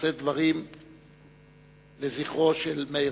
לשאת דברים לזכרו של מאיר